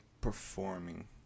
performing